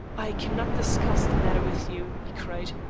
i cannot discuss the matter with you, he cried.